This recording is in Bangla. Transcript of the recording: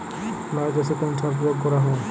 লাউ চাষে কোন কোন সার প্রয়োগ করা হয়?